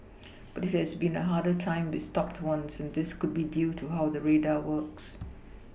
but it has been a harder time with stopped ones and this could be due to how the radar works